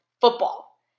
football